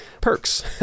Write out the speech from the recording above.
perks